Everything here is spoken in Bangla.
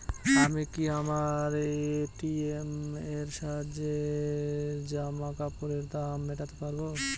আমি কি আমার এ.টি.এম এর সাহায্যে জামাকাপরের দাম মেটাতে পারব?